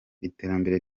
iterambere